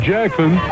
Jackson